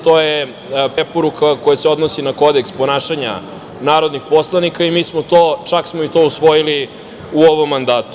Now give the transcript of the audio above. To je preporuka koja se odnosi na Kodeks ponašanja narodnih poslanika i mi smo čak i to usvojili u ovom mandatu.